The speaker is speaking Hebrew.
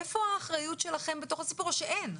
איפה האחריות שלכם בתוך הסיפור או שאין?